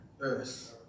earth